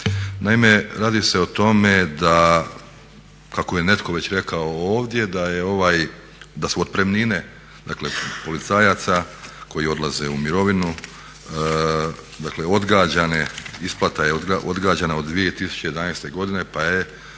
Naime, radi se o tome da kako je netko već rekao ovdje da su otpremnine, dakle policajaca koji odlaze u mirovinu, dakle odgađane, isplata je odgađana od 2011. godine pa je